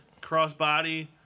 crossbody